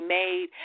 made